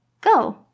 go